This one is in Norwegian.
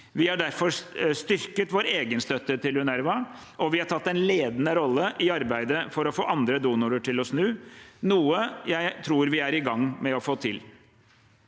Vi har derfor styrket vår egen støtte til UNRWA, og vi har tatt en ledende rolle i arbeidet med å få andre donorer til å snu, noe jeg tror vi er i gang med å få til.